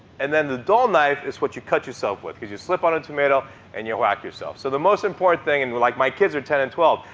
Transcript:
and then the dull knife is what you cut yourself with because you slip on a tomato and your whack yourself. so the most important thing and like my kids are ten and twelve.